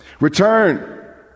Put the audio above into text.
return